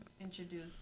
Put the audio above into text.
introduce